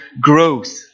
growth